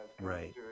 Right